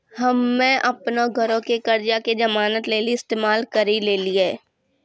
हम्मे अपनो घरो के कर्जा के जमानत लेली इस्तेमाल करि लेलियै